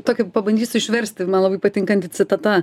tokį pabandysiu išversti man labai patinkanti citata